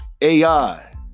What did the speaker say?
AI